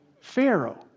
Pharaoh